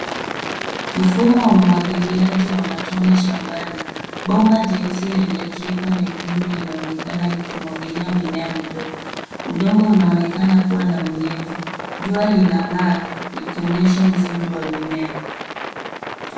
Mfumo wa umwagiliaji wa matone shambani. Bomba jeusi lenye dripper nyekundu linaonekana likimwagilia mimea midogo. Udongo unaonekana kuwa na unyevu. Jua linang'aa likionyesha uzuri wa mimea.